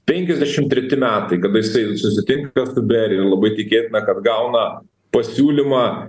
penkiasdešim treti metai kada jisai susitinka su berija ir labai tikėtina kad gauna pasiūlymą